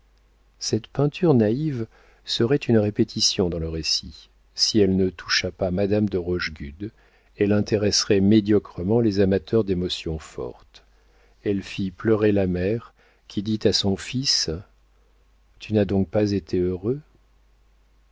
cette peinture naïve serait une répétition dans le récit si elle ne toucha pas madame de rochegude elle intéresserait médiocrement les amateurs d'émotions fortes elle fit pleurer la mère qui dit à son fils tu n'as donc pas été heureux